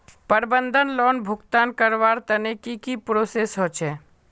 प्रबंधन लोन भुगतान करवार तने की की प्रोसेस होचे?